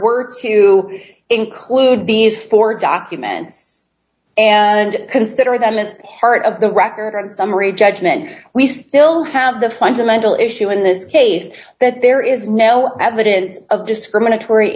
were to include these four documents and consider them as part of the record on summary judgment we still have the fundamental issue in this case that there is no evidence of discriminatory